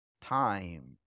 time